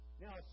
Now